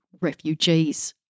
refugees